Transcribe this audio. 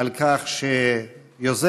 על כך שהוא יוזם,